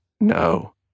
no